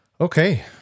okay